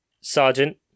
Sergeant